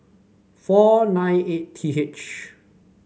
four nine eight T H